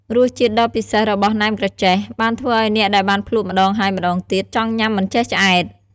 រសជាតិដ៏ពិសេសរបស់ណែមក្រចេះ បានធ្វើឱ្យអ្នកដែលបានភ្លក់ម្ដងហើយម្ដងទៀត ចង់ញ៉ាំមិនចេះឆ្អែត។